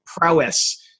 prowess